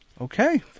Okay